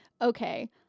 okay